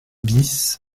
bis